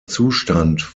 zustand